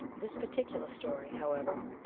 this particular story, however,